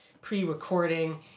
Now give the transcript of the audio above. pre-recording